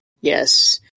Yes